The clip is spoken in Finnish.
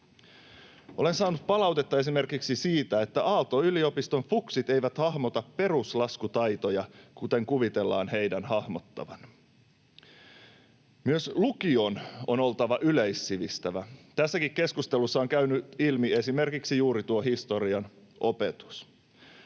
Olen saanut palautetta esimerkiksi siitä, että Aalto-yliopiston fuksit eivät hahmota peruslaskutaitoja, kuten heidän kuvitellaan hahmottavan. Myös lukion on oltava yleissivistävä. Tässäkin keskustelussa on käynyt ilmi esimerkiksi juuri tuo historian opetus.